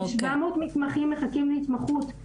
700 מתמחים מחכים להתמחות.